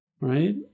right